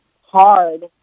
hard